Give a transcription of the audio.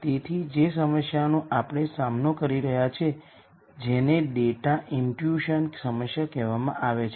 તેથી જે સમસ્યાનું આપણે સામનો કરી રહ્યા છીએ તે છે જેને ડેટા ઇમ્પ્ટ્યુશન સમસ્યા કહેવામાં આવે છે